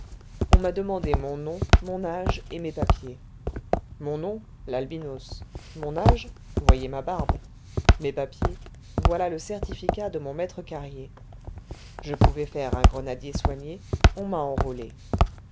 on m'a demandé mon nom mon âge et mes papiers mon nom l'albinos mon âge voyez ma barbe mes papiers voilà le certificat de mon maître carrier je pouvais faire un grenadier soigné on m'a enrôlé